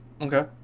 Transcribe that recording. okay